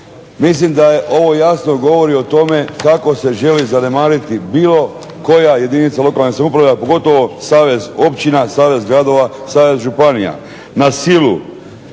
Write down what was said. Mislim da je ovo jasno govori o tome kako se želi zanemariti bilo koja jedinica lokalne samouprave, …/Govornik se ne razumije./… savez općina, savez gradova, savez županija na silu